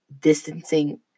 Distancing